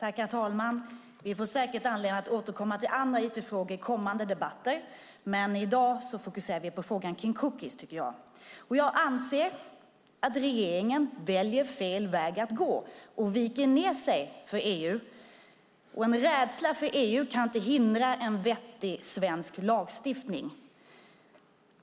Herr talman! Vi får säkert anledning att återkomma till andra IT-frågor i kommande debatter, men i dag fokuserar vi på frågan om cookies, tycker jag. Jag anser att regeringen väljer att gå fel väg och viker sig för EU. En rädsla för EU kan inte få hindra en vettig svensk lagstiftning.